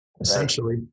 essentially